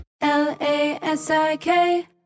L-A-S-I-K